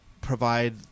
provide